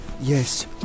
Yes